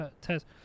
test